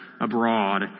abroad